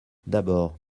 d’abord